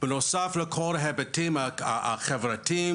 בנוסף לכל ההיבטים החברתיים,